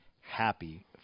happy